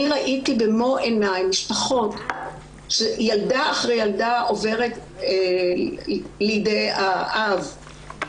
ראיתי במו עיניי משפחות בהן ילדה אחרי ילדה עוברות לידי האב,